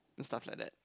and stuff like that